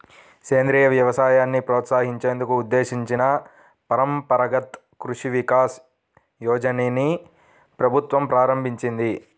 సేంద్రియ వ్యవసాయాన్ని ప్రోత్సహించేందుకు ఉద్దేశించిన పరంపరగత్ కృషి వికాస్ యోజనని ప్రభుత్వం ప్రారంభించింది